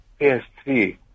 PS3